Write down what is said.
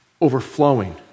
overflowing